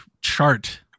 chart